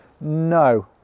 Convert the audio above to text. No